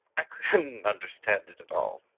i couldn't understand it at all,